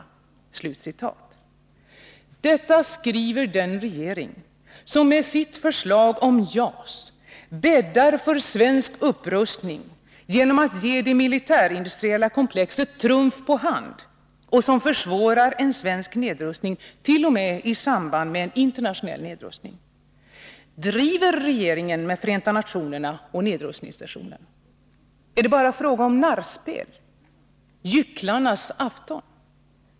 Detta skriver den regering som med sitt förslag om JAS bäddar för svensk upprustning genom att ge det militärindustriella komplexet trumf på hand och som försvårar en svensk nedrustning t.o.m. i samband med en internationell nedrustning. Driver regeringen med FN och nedrustningssessionen? Är det bara fråga om narrspel? Gycklarnas afton?